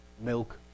milk